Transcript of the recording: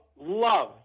love